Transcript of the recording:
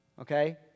Okay